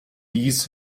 dies